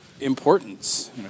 importance